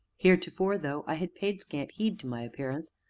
heretofore, though i had paid scant heed to my appearance,